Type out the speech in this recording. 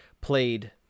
played